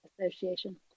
Association